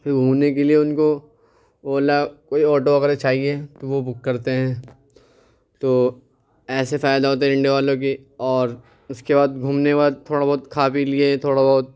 پھر گھومنے کے لیے ان کو اولا کوئی آٹو وغیرہ چاہیے تو وہ بک کرتے ہیں تو ایسے فائدہ ہوتا ہے انڈیا والوں کی اور اس کے بعد گھومنے کے بعد تھوڑا بہت کھا پی لیے تھوڑا بہت